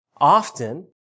often